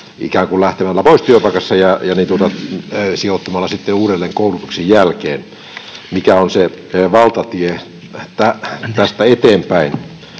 ikään kuin lähtemällä pois työpaikasta ja sijoittumalla sitten uudelleen koulutuksen jälkeen. Mikä on se valtatie tästä eteenpäin?